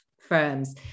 firms